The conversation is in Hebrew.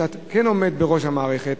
ואתה עומד בראש המערכת,